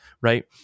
right